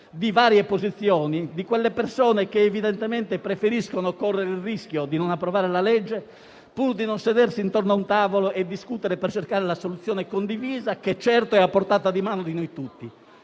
su varie posizioni di quelle persone che evidentemente preferiscono correre il rischio di non approvare la legge pur di non sedersi intorno a un tavolo e discutere per cercare la soluzione condivisa che è certo a portata di mano di noi tutti.